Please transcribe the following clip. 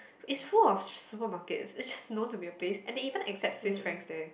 it's full of supermarkets it's just known to be a place and they even accept Swiss Francs there